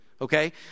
okay